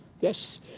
yes